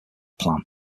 plan